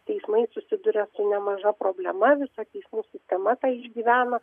teismai susiduria su nemaža problema visa teismų sistema tą išgyvena